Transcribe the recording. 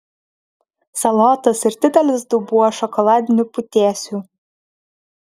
salotos ir didelis dubuo šokoladinių putėsių